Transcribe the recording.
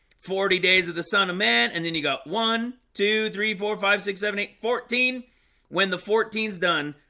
forty days of the son of man and then you got one two three four five six seven eight fourteen when the fourteen is done,